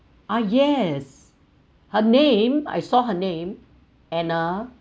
ah yes her name I saw her name anna